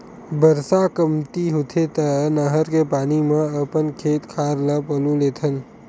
बरसा कमती होथे त नहर के पानी म अपन खेत खार ल पलो लेथन